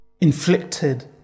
inflicted